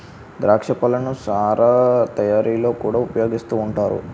ద్రాక్ష పళ్ళను సారా తయారీలో కూడా ఉపయోగిస్తూ ఉంటారు